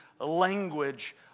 language